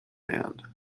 hand